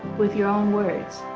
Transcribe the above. with your own words.